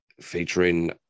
featuring